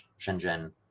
shenzhen